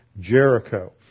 Jericho